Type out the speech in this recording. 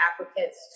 applicants